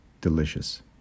delicious